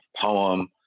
poem